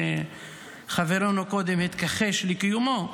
שחברינו קודם התכחש לקיומו,